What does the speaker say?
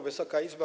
Wysoka Izbo!